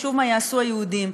חשוב מה יעשו היהודים.